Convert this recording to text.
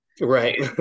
Right